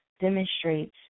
demonstrates